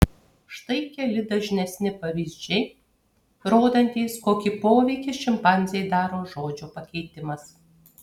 štai keli dažnesni pavyzdžiai rodantys kokį poveikį šimpanzei daro žodžio pakeitimas